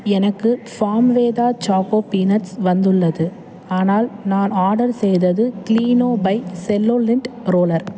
எனக்கு ஃபார்ம் வேதா choco peanuts வந்துள்ளது ஆனால் நான் ஆடர் செய்தது Kleeno by Cello lint roller